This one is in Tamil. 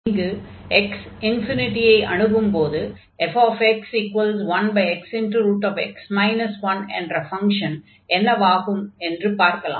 இங்கு x ∞ ஐ அணுகும் போது fx1xx 1 என்ற ஃபங்ஷன் என்னவாகும் என்று பார்க்கலாம்